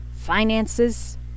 finances